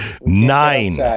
nine